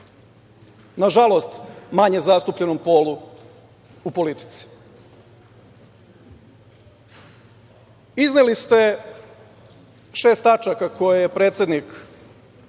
nažalost, manje zastupljenom polu u politici. Izneli ste šest tačaka koje je predsednik